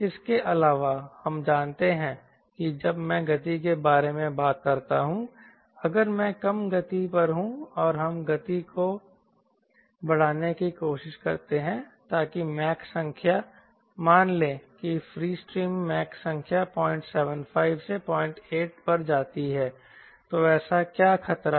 इसके अलावा हम जानते हैं कि जब मैं गति के बारे में बात करता हूं अगर मैं कम गति पर हूं और हम गति को बढ़ाने की कोशिश करते हैं ताकि मैक संख्या मान लें कि फ्रीस्ट्रीम मैक संख्या 075 08 पर जाती है तो ऐसा क्या खतरा है